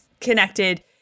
connected